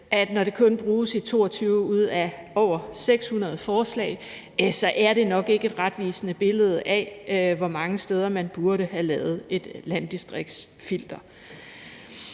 at når det kun bruges i 22 ud af over 600 forslag, så er det nok ikke et retvisende billede af, hvor mange steder man burde have lavet et landdistriktsfilter.